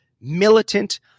militant